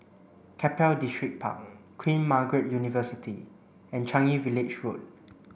Keppel Distripark Queen Margaret University and Changi Village Road